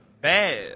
bad